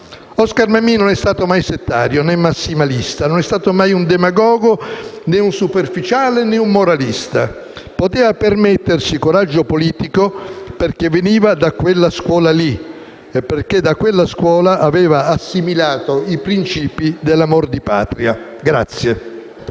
Oscar Mammì non è stato mai settario, né massimalista. Non è stato mai un demagogo, né un superficiale, né un moralista. Poteva permettersi coraggio politico perché veniva da quella scuola lì e perché da quella scuola aveva assimilato i principi dell'amor di Patria.